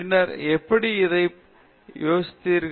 பின்னர் எப்படி அதை எப்படி சோதிக்கிறீர்கள்